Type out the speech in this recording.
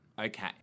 Okay